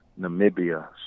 Namibia